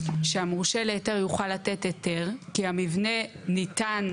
שהמורשה להיתר יוכל לתת היתר כי המבנה ניתן,